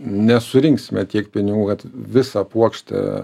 nesurinksime tiek pinigų kad visą puokštę